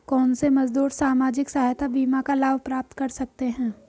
कौनसे मजदूर सामाजिक सहायता बीमा का लाभ प्राप्त कर सकते हैं?